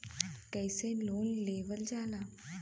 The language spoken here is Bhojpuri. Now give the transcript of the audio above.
कैसे लोन लेवल जाला?